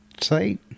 site